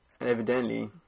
evidently